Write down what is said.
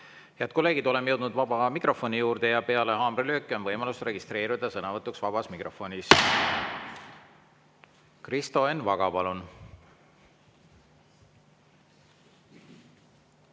Head kolleegid, oleme jõudnud vaba mikrofoni juurde ja peale haamrilööki on võimalus registreeruda sõnavõtuks vabas mikrofonis. Kristo Enn Vaga, palun!